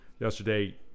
Yesterday